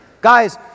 Guys